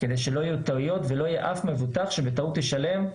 כדי שלא יהיו טעויות ולא יהיה אף מבוטח שבטעות ישלם יותר.